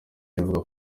ivuga